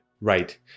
Right